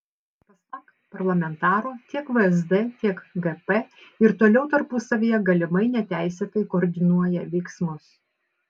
pasak parlamentaro tiek vsd tiek gp ir toliau tarpusavyje galimai neteisėtai koordinuoja veiksmus